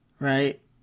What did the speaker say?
Right